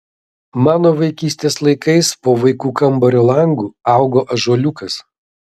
mano vaikystės laikais po vaikų kambario langu augo ąžuoliukas